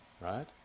right